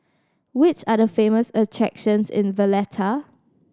which are the famous attractions in Valletta